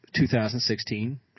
2016